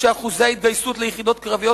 "שאחוזי ההתגייסות ליחידות קרביות,